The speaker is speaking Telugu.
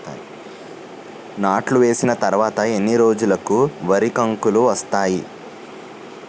నాట్లు వేసిన తర్వాత ఎన్ని రోజులకు వరి కంకులు వస్తాయి?